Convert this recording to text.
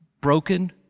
broken